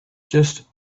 just